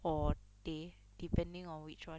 or they depending on which [one]